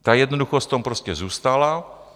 Ta jednoduchost v tom prostě zůstala.